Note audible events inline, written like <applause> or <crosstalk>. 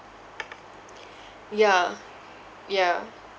<noise> yeah yeah